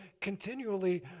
continually